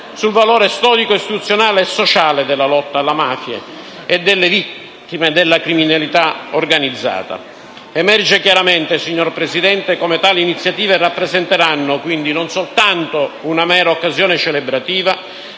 sul valore storico, istituzionale e sociale della lotta alla mafia e delle vittime della criminalità organizzata. Emerge chiaramente, signora Presidente, come tali iniziative rappresenteranno quindi non soltanto una mera occasione celebrativa,